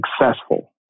successful